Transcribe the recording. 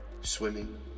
swimming